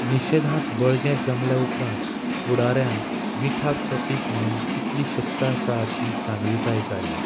निशेधांत बळगें जमल्या उपरांत फुडाऱ्यांक मिठाक प्रतीक म्हणून कितली शक्त आसा हाची जाणविकाय जाली